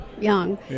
young